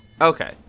Okay